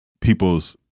people's